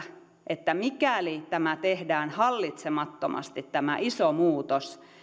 että mikäli tehdään hallitsemattomasti tämä iso muutos